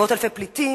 מאות אלפי פליטים,